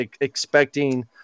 expecting